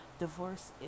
Divorce